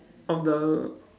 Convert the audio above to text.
of the